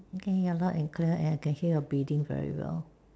okay you're loud and clear and I can hear your breathing very well